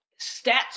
stats